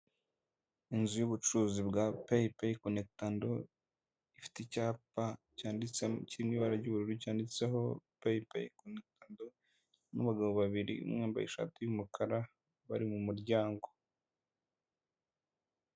Inzu y'ubucuruzi bwa PayPay conectando, ifite icyapa kiri mu ibara ry'ubururu cyanditseho "PayPay conectando", harimo abagabo babiri, umwe wambaye ishati y'umukara, bari mu muryango.